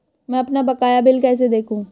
मैं अपना बकाया बिल कैसे देखूं?